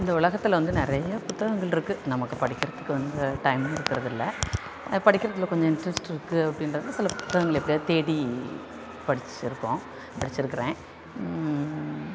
இந்த உலகத்தில் வந்து நிறைய புத்தகங்கள் இருக்கு நமக்கு படிக்கிறதுக்கு வந்து டைம் இருக்கிறது இல்லை படிக்கிறதில் கொஞ்சம் இன்ட்ரெஸ்ட் இருக்கு அப்படின்றவங்க சில புத்தகங்களை எப்படியாவது தேடி படிச்சுருக்கோம் படிச்சுருக்குறேன்